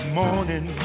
morning